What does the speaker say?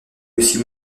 aussi